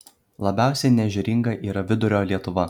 labiausiai neežeringa yra vidurio lietuva